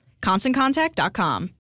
ConstantContact.com